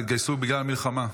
התגייסו בגלל המלחמה.